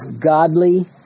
godly